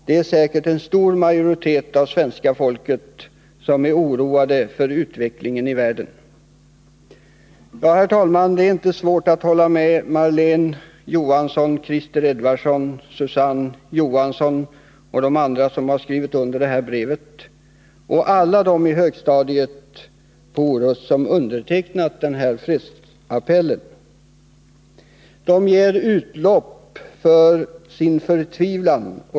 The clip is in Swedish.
Det är säkert en stor majoritet av svenska folket, som är oroade för utvecklingen i världen.” Herr talman! Det är inte svårt att hålla med Marlene Johansson, Christer Edvardsson, Susanne Johansson och de andra som skrivit under brevet och alla i högstadiet på Orust som undertecknat fredsappellen. De ger utlopp för sin förtvivlan.